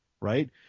right